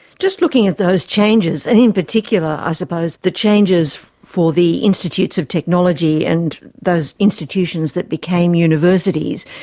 just looking at those changes and in particular i suppose the changes for the institutes of technology and those institutions that became universities,